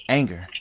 anger